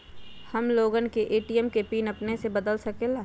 हम लोगन ए.टी.एम के पिन अपने से बदल सकेला?